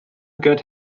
get